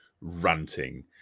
ranting